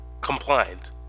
compliant